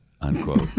unquote